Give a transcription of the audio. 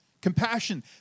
compassion